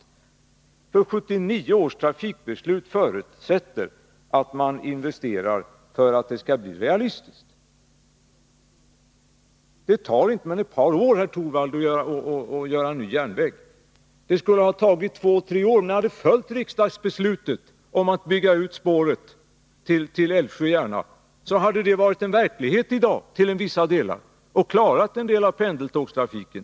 Om 1979 års trafikbeslut skall bli realistiskt krävs det investeringar. Det tar inte mer än ett par år, herr Torwald, att göra en ny järnväg. Det skulle ha tagit 2-3 år om ni hade följt riksdagsbeslutet om att bygga ut spåret till Älvsjö-Järna. Då hade det till vissa delar varit verklighet i dag, och man hade klarat en del av pendeltågstrafiken.